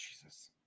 Jesus